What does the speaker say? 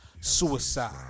Suicide